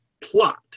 plot